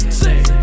say